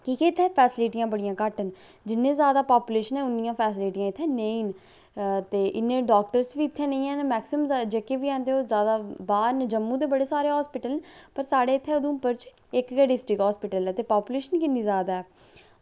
कि के इत्थैं फैस्लिटियां बड़ियां घट्ट न जिन्ने जादा पापुलेशन ऐ उन्नियां फेस्लिटियां इत्थैं नेईं न ते इन्ने डाक्टर्स वी इत्थे नेईं हैन मैक्सीमम जेह्के वी हैन ते ओह् जैदा बाह्र न जम्मू दे बड़े सारे हास्पिटल न पर साढ़े इत्थें उधमपुर च इक गै डिस्ट्रिक्ट हास्पिटल ऐ ते पापुलेशन किन्नी जादा ऐ